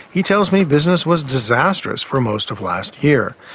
he tells me business was disastrous for most of last year.